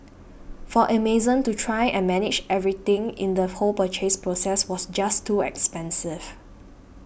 for Amazon to try and manage everything in the whole purchase process was just too expensive